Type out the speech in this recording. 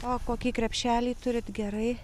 o kokį krepšelį turit gerai